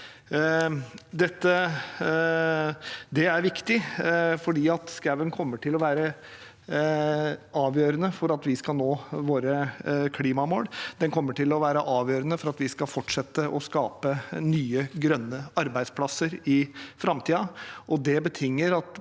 Det er viktig, for skogen kommer til å være avgjørende for at vi skal nå våre klimamål, og den kommer til å være avgjørende for at vi skal fortsette å skape nye, grønne arbeidsplasser i framtiden.